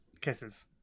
Kisses